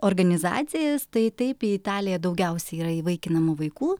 organizacijas tai taip į italiją daugiausiai yra įvaikinama vaikų